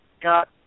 got